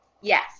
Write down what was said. Yes